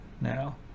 now